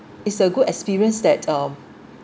it's a good experience that um